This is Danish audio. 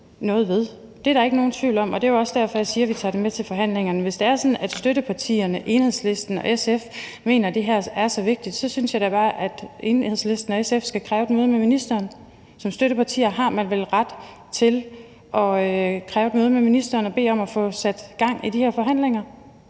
noget ved. Det er der ikke nogen tvivl om, og det er jo også derfor, jeg siger, at vi tager det med til forhandlingerne. Hvis det er sådan, at støttepartierne Enhedslisten og SF mener, at det her er så vigtigt, synes jeg da bare, at Enhedslisten og SF skal kræve et møde med ministeren. Som støttepartier har man vel ret til at kræve et møde med ministeren og bede om at få sat gang i de her forhandlinger.